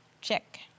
Check